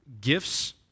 gifts